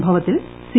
സംഭവത്തിൽ സി